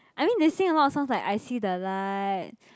I mean they sing a lot of songs like I See the Light